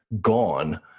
gone